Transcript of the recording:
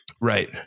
Right